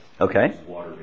Okay